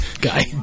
guy